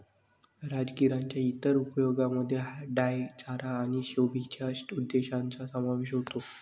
राजगिराच्या इतर उपयोगांमध्ये डाई चारा आणि शोभेच्या उद्देशांचा समावेश होतो